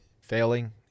failing